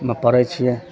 नहि पढ़य छियै